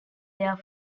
there